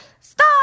Stop